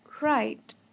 right